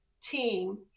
team